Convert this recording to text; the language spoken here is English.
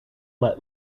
let